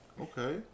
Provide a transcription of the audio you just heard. Okay